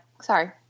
sorry